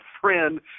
friend